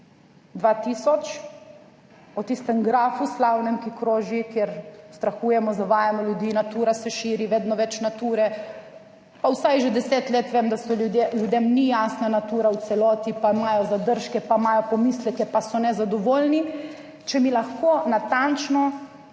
2000, o tistem grafu slavnem, ki kroži, kjer ustrahujemo, zavajamo ljudi, natura se širi, vedno več nature, pa vsaj že 10 let vem, da ljudem ni jasna natura v celoti, pa imajo zadržke, pa imajo pomisleke, pa so nezadovoljni. Če mi lahko natančno